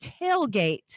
tailgate